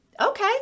Okay